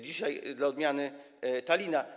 Dzisiaj dla odmiany Tallina.